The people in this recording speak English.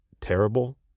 terrible